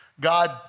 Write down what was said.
God